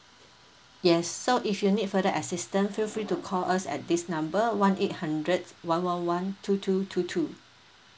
yes so if you need further assistant feel free to call us at this number one eight hundred one one one two two two two